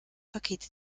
pakete